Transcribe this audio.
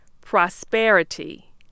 Prosperity